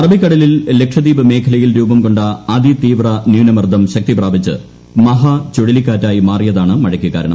അറബിക്കടലിൽ ലക്ഷദ്വീപ് മേഖലയിൽ രൂപം കൊണ്ട അതിതീവ്ര ന്യൂനമർദം ശക്തി പ്രാപിച്ച് മഹാ ചുഴലിക്കാറ്റായി മാറിയതാണ് മഴയ്ക്ക് കാരണം